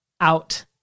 out